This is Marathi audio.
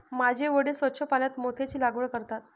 माझे वडील स्वच्छ पाण्यात मोत्यांची लागवड करतात